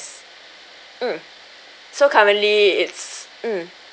mm so currently it's mm